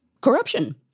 corruption